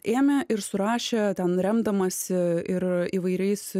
ėmė ir surašė ten remdamasi ir įvairiais